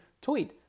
tweet